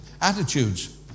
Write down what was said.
attitudes